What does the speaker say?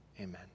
Amen